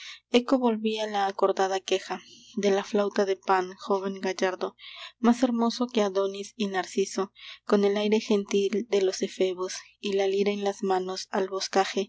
eco volvía la acordada queja de la flauta de pan joven gallardo más hermoso que adonis y narciso con el aire gentil de los efebos y la lira en las manos al boscaje